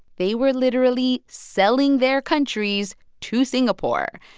they were literally selling their countries to singapore.